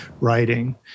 writing